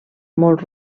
molt